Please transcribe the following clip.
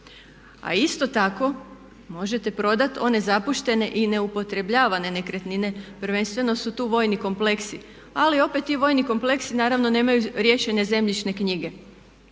A isto tako možete prodati one zapuštene i neupotrebljavane nekretnine. Prvenstveno su tu vojni kompleksi. Ali opet ti vojni kompleksi naravno nemaju riješene zemljišne knjige